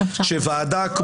שוועדה,